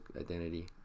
identity